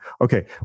Okay